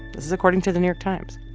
this is according to the new york times.